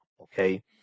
Okay